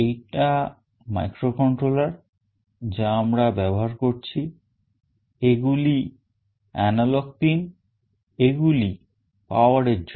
এইটা microcontroller যা আমরা ব্যবহার করছি এগুলি analog pin এগুলো power এর জন্য